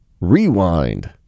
Rewind